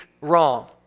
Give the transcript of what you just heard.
wrong